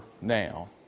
now